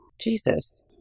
Jesus